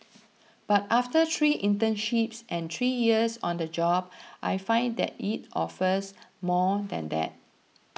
but after three internships and three years on the job I find that it offers more than that